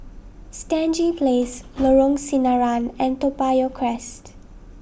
Stangee Place Lorong Sinaran and Toa Payoh Crest